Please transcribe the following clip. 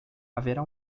haverá